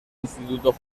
instituto